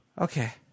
Okay